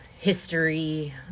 history